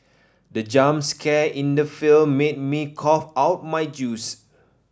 the jump scare in the film made me cough out my juice